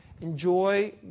enjoy